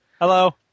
Hello